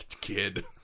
kid